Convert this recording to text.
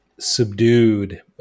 subdued